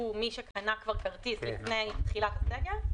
שהוא מי שקנה כרטיס לפני תחילת הסגר,